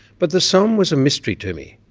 but the somme was a mystery to me,